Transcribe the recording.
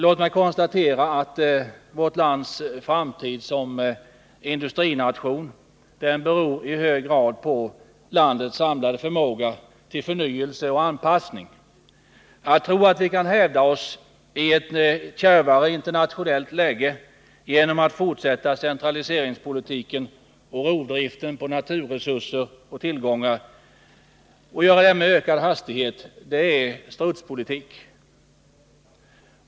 Jag kan konstatera att vårt lands framtid såsom industrination i hög grad beror på landets samlade förmåga till förnyelse och anpassning. Att tro att vi kan hävda oss i ett kärvare internationellt läge genom att fortsätta centraliseringspolitiken och rovdriften på naturresurser och naturtillgångar i ännu högre hastighet är strutspolitik.